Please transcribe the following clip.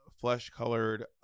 flesh-colored